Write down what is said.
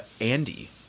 Andy